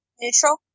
Neutral